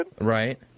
Right